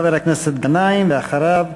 חבר הכנסת גנאים, ואחריו,